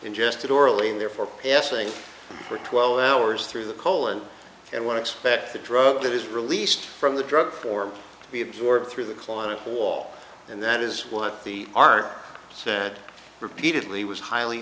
and therefore passing for twelve hours through the colon and want to expect the drug that is released from the drug or be absorbed through the client wall and that is what the art said repeatedly was highly